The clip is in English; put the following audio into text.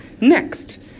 Next